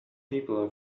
people